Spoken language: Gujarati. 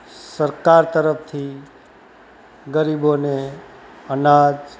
સરકાર તરફથી ગરીબોને અનાજ